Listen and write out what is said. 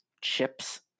chips